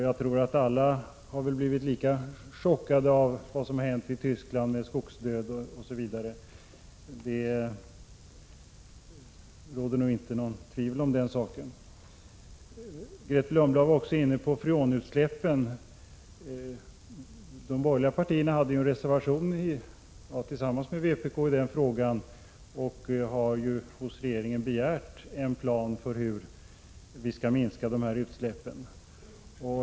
Jag tror att alla har blivit lika chockade av vad som hänt i Tyskland, med skogsdöd osv. Grethe Lundblad var också inne på freonutsläppen. De borgerliga partierna hade en reservation tillsammans med vpk i den frågan, där vi hos regeringen begärde en plan för hur utsläppen skall kunna minska.